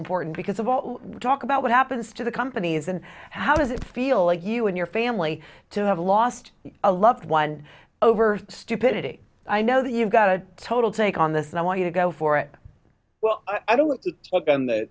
important because of all the talk about what happens to the companies and how does it feel like you and your family to have lost a loved one over stupidity i know that you've got a total take on this and i want you to go for it well i don't want t